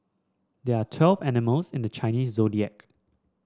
there are twelve animals in the Chinese Zodiac